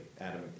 Adam